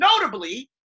notably